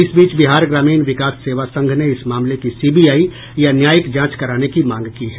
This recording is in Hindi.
इस बीच बिहार ग्रामीण विकास सेवा संघ ने इस मामले की सीबीआई या न्यायिक जांच कराने की मांग की है